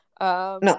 No